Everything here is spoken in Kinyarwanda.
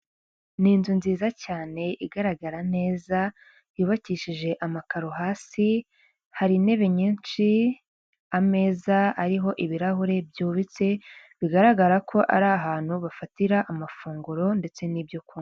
Ni inzu nziza cyane igaragara neza yubakishije amakaro hasi, hari intebe nyinshi, ameza ariho ibirahuri byubitse, bigaragara ko ari ahantu bafatira amafunguro ndetse n'ibyo kunywa.